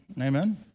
amen